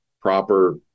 proper